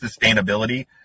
sustainability